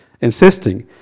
insisting